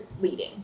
leading